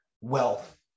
wealth